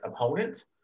opponent